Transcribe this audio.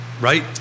Right